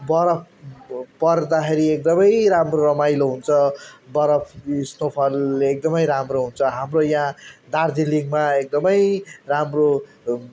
बरफ पर्दाखेरि एकदम राम्रो रमाइलो हुन्छ बरफ स्नोफलले एकदम राम्रो हुन्छ हाम्रो यहाँ दार्जिलिङमा एकदम राम्रो